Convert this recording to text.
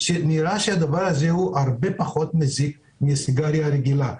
שנראה שהדבר הזה הוא הרבה פחות מזיק מסיגריה רגילה.